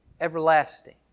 everlasting